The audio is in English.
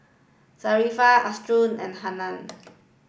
Zafran Asharaff and Hana